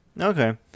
Okay